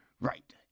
right